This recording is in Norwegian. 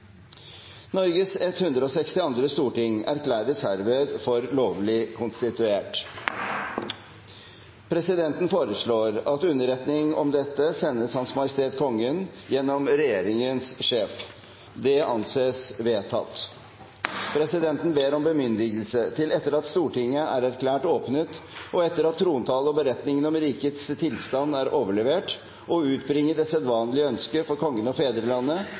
Norges 162. storting erklæres herved for lovlig konstituert. Presidenten foreslår at underretning om dette sendes Hans Majestet Kongen gjennom regjeringens sjef. – Det anses vedtatt. Presidenten ber om bemyndigelse til, etter at Stortinget er erklært åpnet, og etter at trontalen og beretningen om rikets tilstand er overlevert, å utbringe det sedvanlige ønske for Kongen og fedrelandet